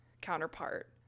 counterpart